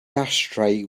ashtray